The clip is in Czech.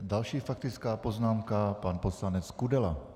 Další faktická poznámka pan poslanec Kudela.